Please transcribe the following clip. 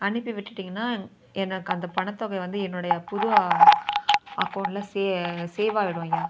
அனுப்பிவிட்டுவிட்டீங்கன்னா எனக்கு அந்த பணத்தொகை வந்து என்னுடைய புது அ அக்கௌண்ட்டில் சேஃ சேஃவ் ஆகிடும் ஐயா